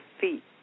feet